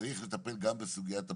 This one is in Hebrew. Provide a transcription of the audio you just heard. צריך לטפל גם בסוגיית הפצועים.